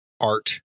art